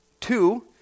Two